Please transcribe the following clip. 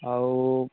ଆଉ